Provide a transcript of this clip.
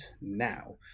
now